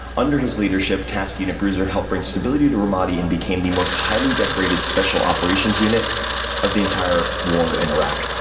under his leadership, task unit bruiser helped bring stability to ramadi and became the most highly decorated special operations unit of the entire war in iraq.